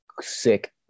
sick